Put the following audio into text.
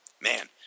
Man